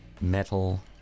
metal